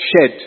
shed